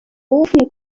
often